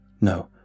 No